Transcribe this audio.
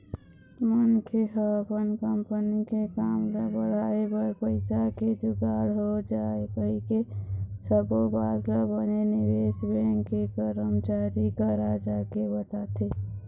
मनखे ह अपन कंपनी के काम ल बढ़ाय बर पइसा के जुगाड़ हो जाय कहिके सब्बो बात ल बने निवेश बेंक के करमचारी करा जाके बताथे